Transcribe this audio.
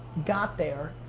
got there,